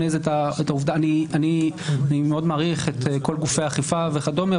אני מאוד מעריך את כל גופי האכיפה וכדומה,